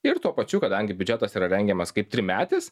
ir tuo pačiu kadangi biudžetas yra rengiamas kaip trimetis